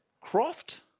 Croft